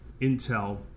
Intel